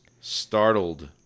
startled